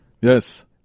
Yes